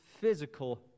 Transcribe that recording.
physical